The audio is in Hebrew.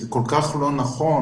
זה כל כך לא נכון,